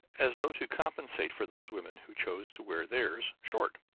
as though to compensate for those women who chose to wear theirs short.